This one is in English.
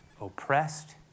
oppressed